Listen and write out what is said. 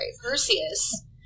Perseus